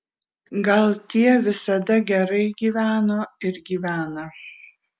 gal tie visada gerai gyveno ir gyvena